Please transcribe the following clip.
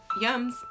yums